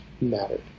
mattered